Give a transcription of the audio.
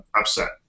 upset